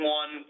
one